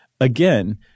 Again